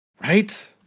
Right